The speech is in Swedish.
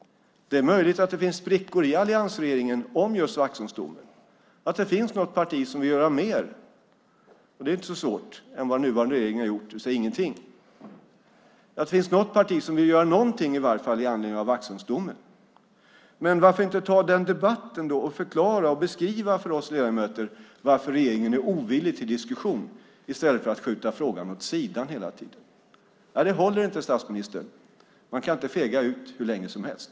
Det är möjligt att det finns sprickor i alliansregeringen om just Vaxholmsdomen, att det finns något parti som vill göra mer - det är inte så svårt - än vad nuvarande regering har gjort, det vill säga ingenting. Det är möjligt att det finns något parti som vill göra något i varje fall med anledning av Vaxholmsdomen. Men varför inte ta den debatten då och förklara och beskriva för oss ledamöter varför regeringen är ovillig till diskussion, i stället för att skjuta frågan åt sidan hela tiden? Det håller inte, statsministern. Man kan inte fega ur hur länge som helst.